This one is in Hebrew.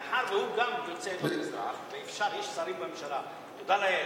מאחר שגם הוא יוצא עדות המזרח ויש שרים בממשלה מעדות המזרח,